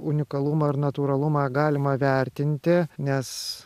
unikalumą ir natūralumą galima vertinti nes